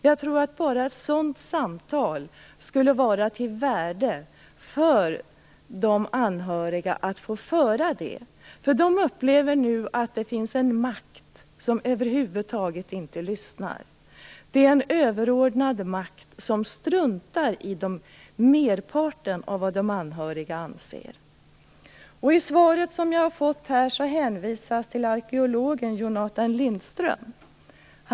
Jag tror att det skulle vara av värde för de anhöriga att få föra ett sådant samtal. De upplever nu att det finns en makt som över huvud taget inte lyssnar. Det är en överordnad makt som struntar i merparten av vad de anhöriga anser. I svaret som jag har fått hänvisas till arkeologen Jonatan Lindström.